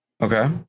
Okay